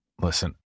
Listen